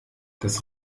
das